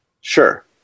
Sure